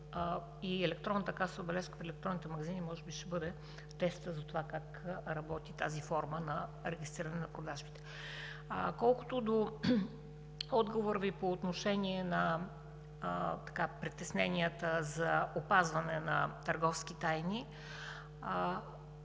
и електронната касова бележка в електронните магазини може би ще бъде тестът за това как работи тази форма на регистриране на продажбите. Колкото до отговора Ви по отношение на притесненията за опазване на търговските тайни,